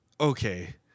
okay